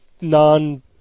Non